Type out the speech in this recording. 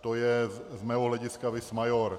To je z mého hlediska vis maior.